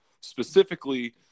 specifically